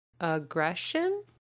Aggression